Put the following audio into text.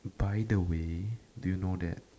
by the way do you know that